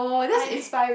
I